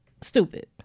stupid